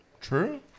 True